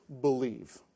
believe